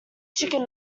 chicken